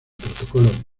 protocolo